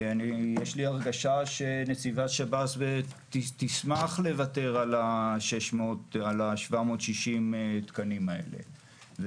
יש לי הרגשה שנציבה שב"ס תשמח לוותר על 760 התקנים האלה.